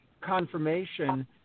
confirmation